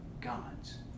gods